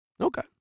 Okay